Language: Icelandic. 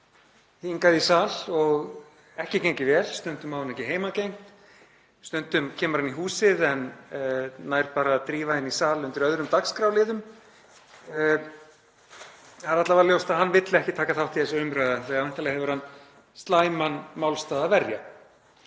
hingað í sal og ekki gengið vel. Stundum á hann ekki heimangengt. Stundum kemur hann inn í húsið en nær bara að drífa inn í sal undir öðrum dagskrárliðum. Það er alla vega ljóst að hann vill ekki taka þátt í þessari umræðu því að væntanlega hefur hann slæman málstað að verja.